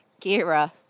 Gira